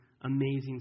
Amazing